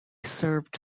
served